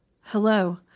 Hello